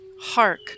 Hark